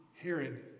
Herod